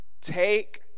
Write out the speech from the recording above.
Take